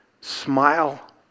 Smile